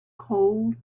cold